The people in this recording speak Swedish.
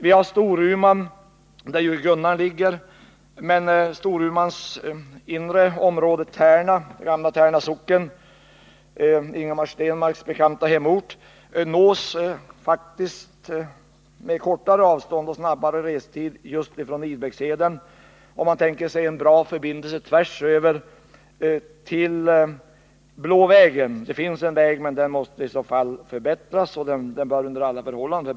Vi har Storuman, där ju Gunnarn ligger, men gamla Tärna socken i Storumans inre område — Ingemar Stenmarks bekanta hemort — kan faktiskt lätt nås på grund av kortare avstånd och snabbare restid just från Idbäckheden, om man tänker sig en bra förbindelse tvärs över till Blå vägen. Där finns redan nu en väg, men den måste i så fall förbättras — och den bör f. ö. förbättras under alla förhållanden.